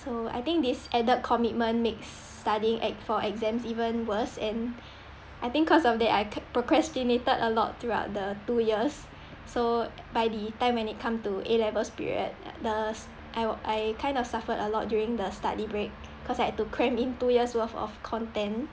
so I think this added commitment makes studying ex~ for exams even worse and I think cause of that I procrastinated a lot throughout the two years so by the time when it come to A levels period the s~ I I kind of suffered a lot during the study break cause I had to cram in two years worth of content